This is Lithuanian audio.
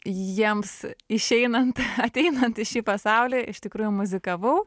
jiems išeinant ateinant į šį pasaulį iš tikrųjų muzikavau